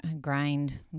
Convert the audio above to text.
grind